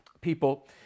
people